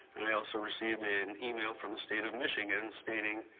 and i also received an email from the state of michigan stating,